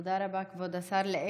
תודה רבה, כבוד השר.